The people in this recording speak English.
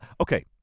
Okay